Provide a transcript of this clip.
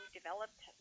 developed